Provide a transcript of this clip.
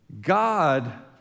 God